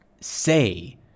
say